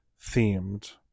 themed